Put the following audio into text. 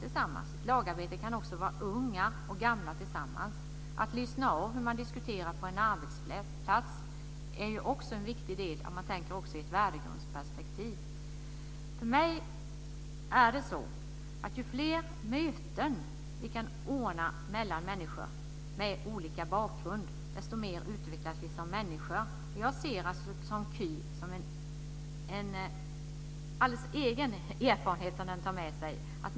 Lagarbete kan också gälla unga och gamla tillsammans. Att lyssna av hur man diskuterar på en arbetsplats är också en viktig del i ett värdegrundsperspektiv. För mig är det så här: Ju fler möten vi kan ordna mellan människor med olika bakgrund, desto mer utvecklas vi som människor. Jag ser att KY får en alldeles egen erfarenhet som den tar med sig.